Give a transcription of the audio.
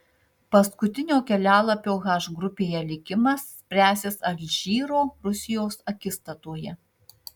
paskutinio kelialapio h grupėje likimas spręsis alžyro rusijos akistatoje